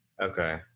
Okay